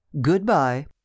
Goodbye